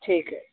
ठीकु आहे